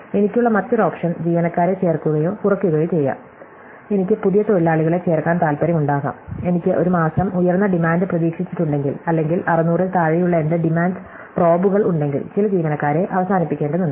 എനിക്കുള്ള മറ്റൊരു ഓപ്ഷൻ ജീവനക്കാരെ ചേർക്കുകയോ കുറയ്ക്കുകയോ ചെയ്യുക എനിക്ക് പുതിയ തൊഴിലാളികളെ ചേർക്കാൻ താൽപ്പര്യമുണ്ടാകാം എനിക്ക് ഒരു മാസം ഉയർന്ന ഡിമാൻഡ് പ്രതീക്ഷിച്ചിട്ടുണ്ടെങ്കിൽ അല്ലെങ്കിൽ 600 ൽ താഴെയുള്ള എന്റെ ഡിമാൻഡ് പ്രോബുകൾ ഉണ്ടെങ്കിൽ ചില ജീവനക്കാരെ അവസാനിപ്പിക്കേണ്ടതുണ്ട്